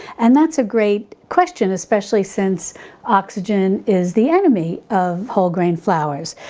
and that's a great question, especially since oxygen is the enemy of whole grain flours.